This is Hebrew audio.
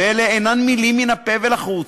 ואלה אינן מילים מן הפה ולחוץ,